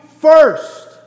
first